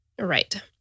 Right